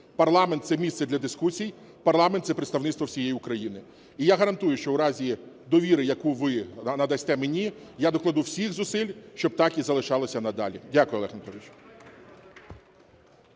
парламент – це місце для дискусій, парламент – це представництво всієї України. І я гарантую, що в разі довіри, яку ви надасте мені, я докладу всіх зусиль, щоб так і залишалося надалі. Дякую, Олег Анатолійович.